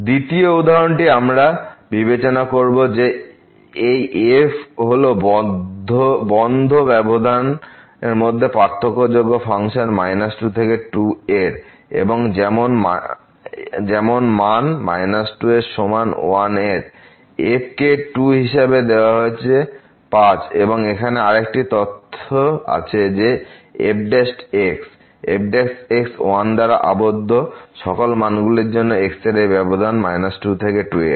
দ্বিতীয় উদাহরণটি আমরা বিবেচনা করব যে এই f হল বন্ধ ব্যবধান মধ্যে পার্থক্যযোগ্য ফাংশন 2 থেকে 2 এর এবং যেমন মান 2 সমান 1 এর f কে 2 হিসাবে দেওয়া হয়েছে 5 এবং এখানে আরেকটি তথ্য আছে যে f f 1 দ্বারা আবদ্ধ সকল মানগুলির জন্য x এর এই ব্যবধানমধ্যে 2 থেকে 2 এর